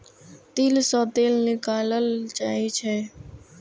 तिल सं तेल निकालल जाइ छै